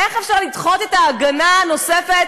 איך אפשר לדחות את ההגנה הנוספת